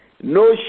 No